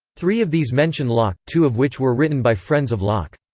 three of these mention locke, two of which were written by friends of locke.